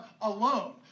alone